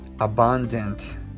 abundant